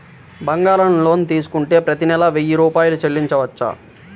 బంగారం లోన్ తీసుకుంటే ప్రతి నెల వెయ్యి రూపాయలు చెల్లించవచ్చా?